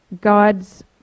god's